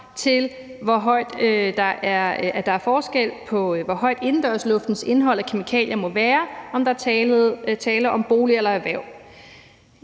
lov, hvor der er forskellige krav til, hvor højt indendørsluftens indhold af kemikalier må være, afhængigt af om der er tale om boliger eller erhverv.